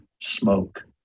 smoke